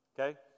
okay